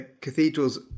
cathedrals